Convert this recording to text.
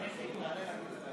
יש לנו סיכום.